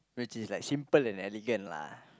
which is like simple and elegant lah